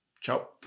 Ciao